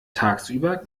tagsüber